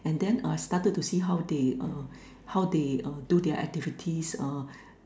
and then I started to see how they uh how they uh do their activities uh